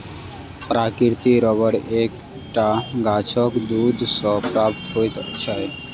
प्राकृतिक रबर एक टा गाछक दूध सॅ प्राप्त होइत छै